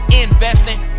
investing